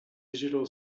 digital